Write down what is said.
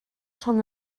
rhwng